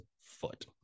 foot